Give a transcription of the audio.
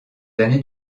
années